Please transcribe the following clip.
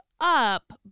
up